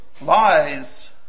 Lies